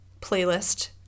playlist